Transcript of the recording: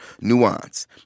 nuance